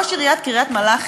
שראש עיריית קריית-מלאכי,